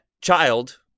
child